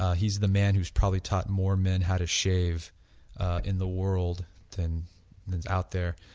he is the man who has probably taught more men how to shave in the world than that's out there.